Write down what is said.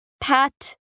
pat